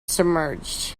submerged